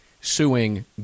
suing